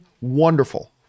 wonderful